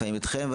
לפעמים איתכם,